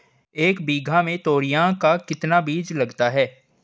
एक बीघा में तोरियां का कितना बीज लगता है?